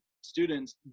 students